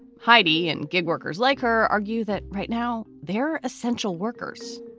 heidi and gig workers like her argue that right now they're essential workers.